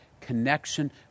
connection